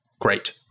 Great